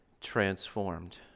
transformed